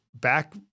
back